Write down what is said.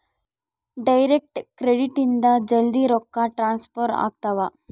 direct credit ಇಂದ ಜಲ್ದೀ ರೊಕ್ಕ ಟ್ರಾನ್ಸ್ಫರ್ ಆಗ್ತಾವ